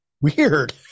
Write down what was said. weird